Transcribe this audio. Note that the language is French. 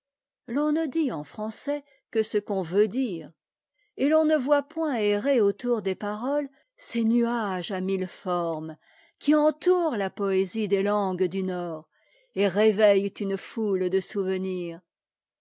l'on ne dit en français que ce qu'on veut dire et l'on ne voit point errer autour des paroles ces nuages à mille formes qui entourent la poésie des langues du nord et réveillent une foule de souvenirs